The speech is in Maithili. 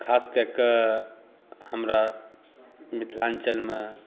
खासकऽ कऽ हमरा मिथिलाञ्चलमे